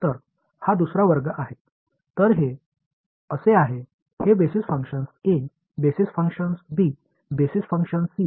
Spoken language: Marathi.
तर हा दुसरा वर्ग आहे तर हे असे आहे हे basis function a basis function b basis function c